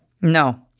No